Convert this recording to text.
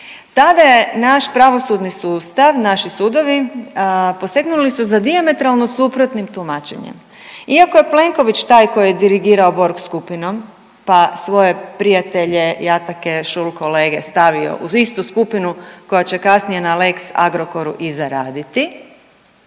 tada je naš pravosudni sustav, naši sudovi posegnuli su za dijametralno suprotnim tumačenjem. Iako je Plenković taj koji je dirigirao Borg skupinom, pa svoje prijatelje i atake, school kolege stavio uz istu skupinu koja će kasnije na lex Agrokoru i zaraditi,